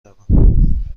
روم